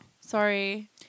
Sorry